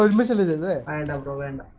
of the elderly and